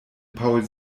paul